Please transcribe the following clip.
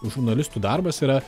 žurnalistų darbas yra